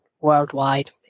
worldwide